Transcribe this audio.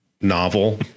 novel